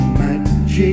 magic